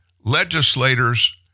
legislators